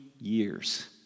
years